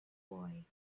boy